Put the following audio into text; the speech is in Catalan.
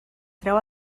treu